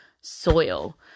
soil